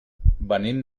venim